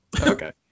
Okay